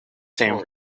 same